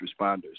responders